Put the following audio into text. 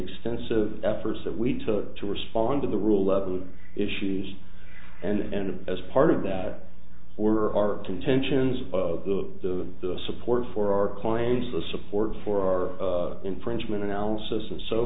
extensive efforts that we took to respond to the rule of law issues and as part of that were our intentions of the support for our clients the support for our infringement analysis and so